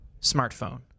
smartphone